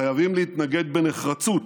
חייבים להתנגד בנחרצות